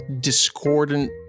discordant